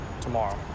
tomorrow